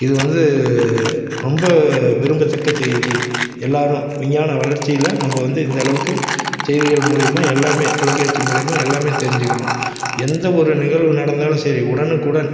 இது வந்து ரொம்ப விரும்பத்தக்க செய்தி எல்லாரும் விஞ்ஞானம் வளர்ச்சியில் நம்ம வந்து இந்த அளவுக்கு செய்திகள் மூலியுமாக எல்லாமே தொலைக்காட்சி மூலியுமாக எல்லாமே தெரிஞ்சிக்கிறோம் எந்த ஒரு நிகழ்வு நடந்தாலும் சரி உடனுக்குடன்